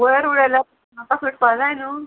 वयर उडयल्यार म्हाका सुटपा जाय न्हू